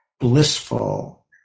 blissful